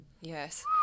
Yes